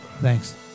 Thanks